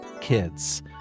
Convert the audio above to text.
kids